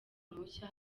mushya